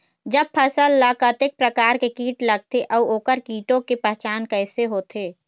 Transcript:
जब फसल ला कतेक प्रकार के कीट लगथे अऊ ओकर कीटों के पहचान कैसे होथे?